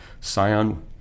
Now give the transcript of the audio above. Sion